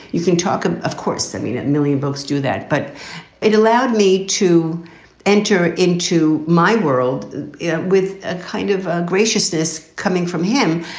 you can talk, of course. i mean, a million books do that. but it allowed me to enter into my world with a kind of graciousness coming from him.